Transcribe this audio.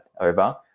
over